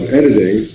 editing